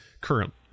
currently